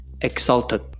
Exalted